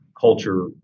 culture